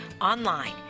online